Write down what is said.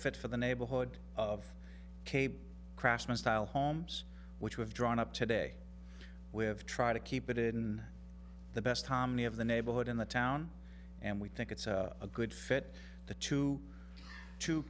fit for the neighborhood of cable craftsman style homes which was drawn up today with try to keep it in the best comedy of the neighborhood in the town and we think it's a good fit the two two